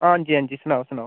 हांजी हांजी सनाओ सनाओ